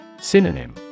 Synonym